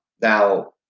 now